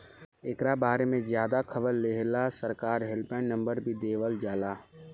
एकरा बारे में ज्यादे खबर लेहेला सरकार हेल्पलाइन नंबर भी देवल जाला